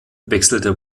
wechselte